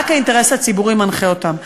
כשרק האינטרס הציבורי מנחה אותם.